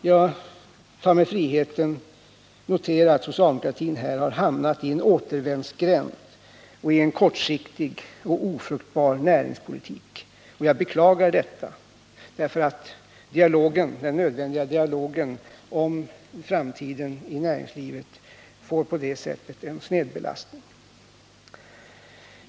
Jag tar mig friheten att notera att socialdemokratin här har hamnat i en återvändsgränd och i en kortsiktig och ofruktbar näringspolitik. Jag beklagar detta. för den nödvändiga dialogen om det framtida näringslivet får på det sättet en snedbelastning.